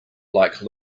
like